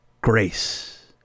grace